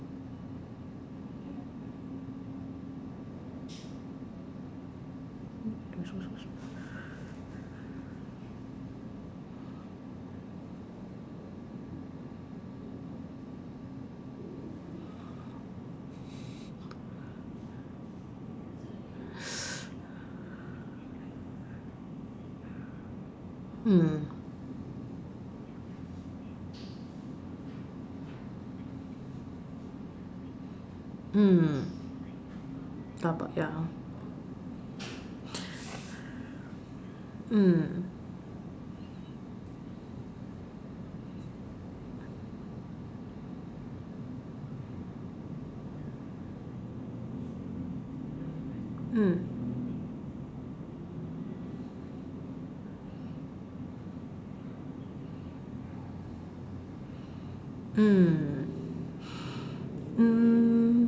mm mm dabao ya mm mm mm